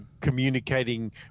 communicating